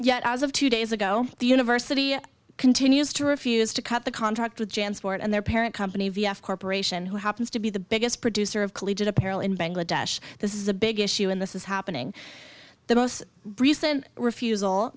yet as of two days ago the university continues to refuse to cut the contract with jan sport and their parent company vs corporation who happens to be the biggest producer of collegiate apparel in bangladesh this is a big issue in this is happening the most recent refusal